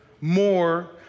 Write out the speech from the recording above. more